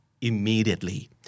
immediately